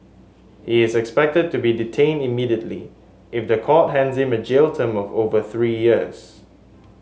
he is expected to be detained immediately if the court hands him a jail term of over three years